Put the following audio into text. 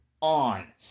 On